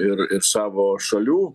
ir ir savo šalių